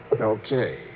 Okay